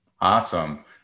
Awesome